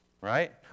Right